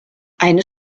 eine